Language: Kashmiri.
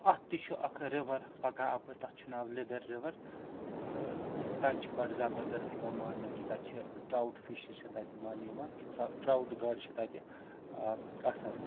اَتھ تہِ چھُ اَکھ رِوَر پَکان اَپٲرۍ تَتھ چھُ ناو لیٚدر رِوَر تہٕ تَتہِ چھُ بَڑٕ زبردست یِوان ماننہٕ کہِ تَتہِ چھِ ٹرٛاوُٹ فِشِز چھِ تَتہِ ماننہٕ یِوان کہِ ٹرٛ ٹرٛاوُٹ گاڈٕ چھِ تَتہِ آسان